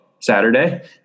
Saturday